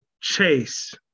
chase